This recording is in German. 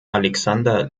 alexander